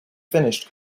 finished